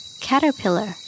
Caterpillar